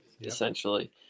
essentially